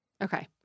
okay